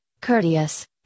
courteous